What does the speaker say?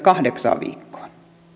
kahdeksan viikkoa